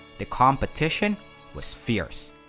the competition was fierce,